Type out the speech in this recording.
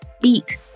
beat